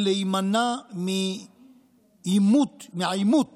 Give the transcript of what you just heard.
היא להימנע מעימות, מהעימות